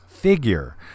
figure